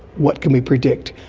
what can we predict?